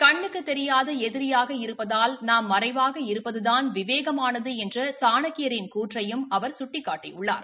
கண்ணுக்குதெரியாதஎதிரியாக இருப்பதால் நாம் மறைவாக இருப்பததான் விவேகமானதுஎன்றசாணக்கியரின் கூற்றையும் அவர் சுட்டிக்காட்டியுள்ளார்